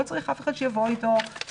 הוא לא צריך אף אחד שיבוא אותו ויעשה